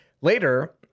later